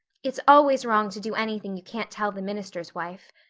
it's always wrong to do anything you can't tell the minister's wife.